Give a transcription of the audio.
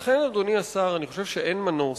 לכן, אדוני השר, אני חושב שאין מנוס,